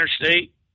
interstate